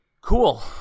cool